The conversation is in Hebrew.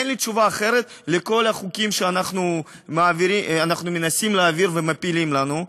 אין לי תשובה אחרת על כל החוקים שאנחנו מנסים להעביר ומפילים לנו,